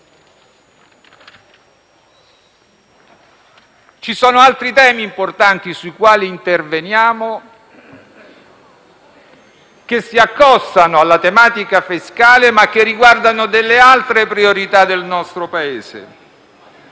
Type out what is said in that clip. Ci sono altri temi importanti sui quali interveniamo che si accostano alla tematica fiscale, ma che riguardano altre priorità del nostro Paese;